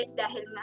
dahil